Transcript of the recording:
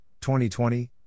2020